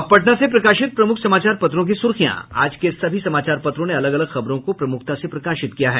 अब पटना से प्रकाशित प्रमुख समाचार पत्रों की सुर्खियां आज के सभी समाचार पत्रों ने अलग अलग खबरों को प्रमुखता से प्रकाशित किया है